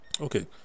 okay